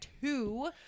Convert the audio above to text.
two